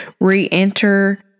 re-enter